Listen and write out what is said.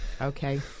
okay